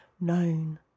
known